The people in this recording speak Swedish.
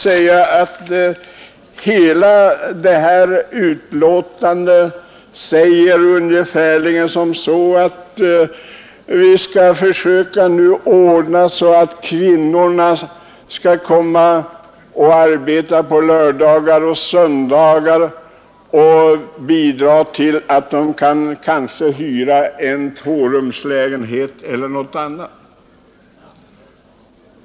Hela betänkandet andas ungefär den inställningen att man nu skall försöka ordna det så att kvinnorna kan få möjlighet att arbeta på lördagar och söndagar för att bidra till hyran för en tvårumslägenhet eller något annat.